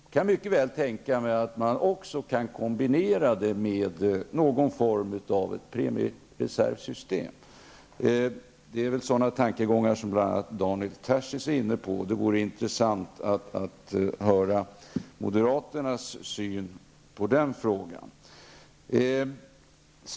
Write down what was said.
Jag kan mycket väl tänka mig en kombination med någon form av ett premiereservsystem. Det är väl sådana tankegångar som bl.a. Daniel Tarschys är inne på, och det skulle som sagt vara intressant att höra vilken syn moderaterna har på den frågan.